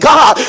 God